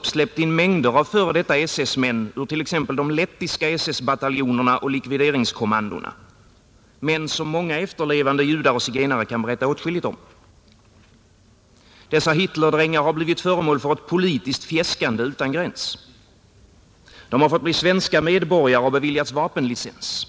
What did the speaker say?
hämningar släppt in mängder av före detta SS-män ur t.ex. de lettiska SS-bataljonerna och likvideringskommandona — män som många efterlevande judar och zigenare kan berätta åtskilligt om. Dessa Hitlerdrängar har blivit föremål för ett politiskt fjäskande utan gräns. De har fått bli svenska medborgare och beviljats vapenlicens.